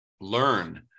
learn